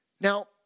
Now